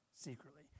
secretly